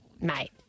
Mate